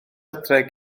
adre